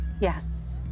yes